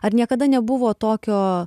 ar niekada nebuvo tokio